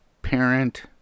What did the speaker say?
parent